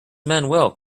manuel